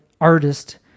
artist